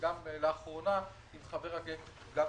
וגם לאחרונה עם חבר הכנסת גפני,